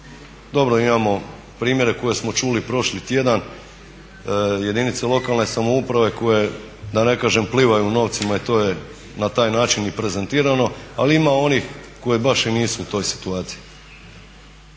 Dobro mi imamo primjere koje smo čuli prošli tjedan, jedinice lokalne samouprave koje da ne kažem plivaju u novcima i to je na taj način i prezentirano ali ima i onih koji baš i nisu u toj situaciji.